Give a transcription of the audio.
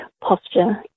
posture